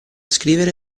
scrivere